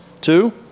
Two